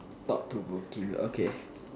thought provoking okay